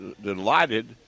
delighted